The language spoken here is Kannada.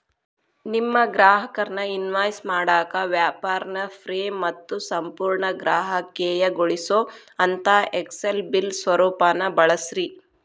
ನಿಮ್ಮ ಗ್ರಾಹಕರ್ನ ಇನ್ವಾಯ್ಸ್ ಮಾಡಾಕ ವ್ಯಾಪಾರ್ನ ಫ್ರೇ ಮತ್ತು ಸಂಪೂರ್ಣ ಗ್ರಾಹಕೇಯಗೊಳಿಸೊಅಂತಾ ಎಕ್ಸೆಲ್ ಬಿಲ್ ಸ್ವರೂಪಾನ ಬಳಸ್ರಿ